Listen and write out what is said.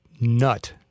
nut